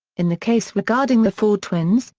in the case regarding the ford twins,